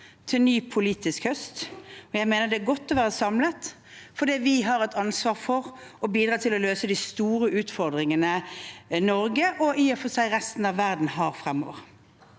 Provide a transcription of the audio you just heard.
til en ny politisk høst, og jeg mener det er godt å være samlet, for vi har et ansvar for å bidra til å løse de store utfordringene Norge og i og for seg resten av verden har fremover.